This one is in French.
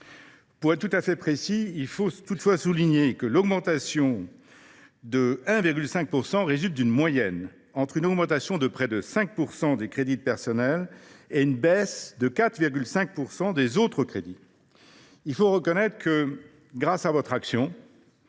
Pour être tout à fait précis, il faut toutefois souligner que l’augmentation de 1,5 % résulte d’une moyenne entre l’augmentation de près de 5 % des crédits de personnel et la baisse de 4,5 % des autres crédits. Reconnaissons néanmoins que, grâce à votre action,